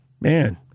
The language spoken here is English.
man